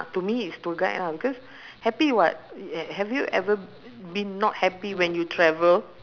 to me is tour guide ah because happy [what] ha~ have you ever been not happy when you travel